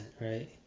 right